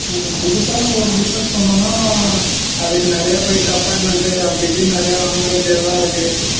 நாங்கள் புதுசாக நம்ம ஒரு பிஸ்னஸ் பண்ணுறோன்னா அதுக்கு நிறையா போய்ட்டு அப்பாயின்மெண்ட்டு அப்படி இப்படின்னு நிறையா வாங்க வேண்டியதெலாம் இருக்குது